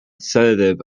sedative